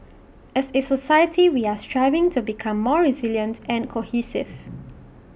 as A society we are striving to become more resilient and cohesive